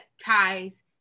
ties